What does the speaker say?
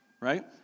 right